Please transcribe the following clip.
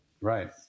Right